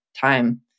time